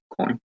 coin